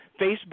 Facebook